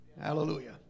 Hallelujah